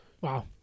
Wow